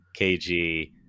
KG